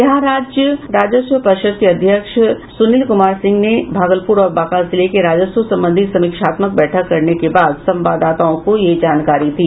बिहार राजस्व पर्षद के अध्यक्ष सुनील कुमार सिंह ने भागलपुर और बांका जिले के राजस्व संबंधी समीक्षात्मक बैठक करने के बाद संवाददाताओं को यह जानकारी दी